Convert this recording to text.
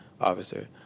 officer